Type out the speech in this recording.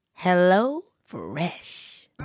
HelloFresh